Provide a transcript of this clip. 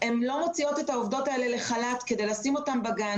הן לא מוציאות את העובדות לחל"ת כדי שיגיעו לגן,